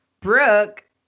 Brooke